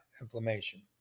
inflammation